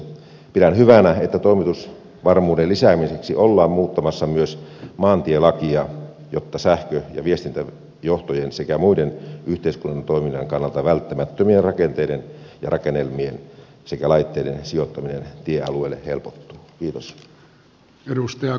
pidän hyvänä että toimitusvarmuuden lisäämiseksi ollaan muuttamassa myös maantielakia jotta sähkö ja viestintäjohtojen sekä muiden yhteiskunnan toiminnan kannalta välttämättömien rakenteiden ja rakennelmien sekä laitteiden sijoittaminen tiealueelle helpottuu